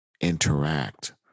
interact